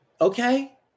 Okay